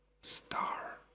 star